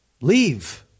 leave